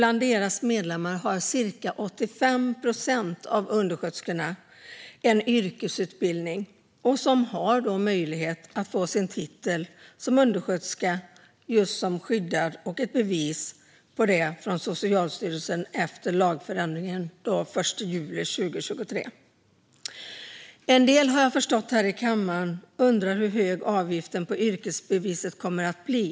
Av deras medlemmar har cirka 85 procent av undersköterskorna en yrkesutbildning och därmed möjlighet att få sin titel som undersköterska skyddad och ett bevis på det från Socialstyrelsen efter lagändringen den l juli 2023. Jag har förstått att en del här i kammaren undrar hur hög avgiften för yrkesbeviset kommer att bli.